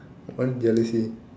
what jealousy